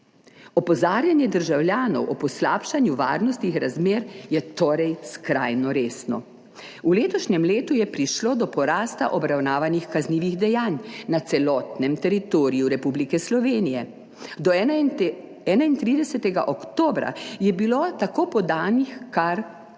Opozarjanje državljanov o poslabšanju varnostnih razmer je torej skrajno resno. V letošnjem letu je prišlo do porasta obravnavanih kaznivih dejanj na celotnem teritoriju Republike Slovenije. Do 31. oktobra je bilo tako podanih kar 43